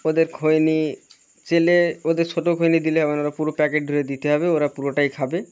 ওদের খৈনি চাইলে ওদের ছোটো খৈনি দিলে ওনারা পুরো প্যাকেট ধরে দিতে হবে ওরা পুরোটাই খাবে